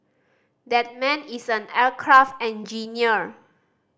that man is an aircraft engineer